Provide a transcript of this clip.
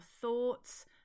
thoughts